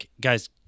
guys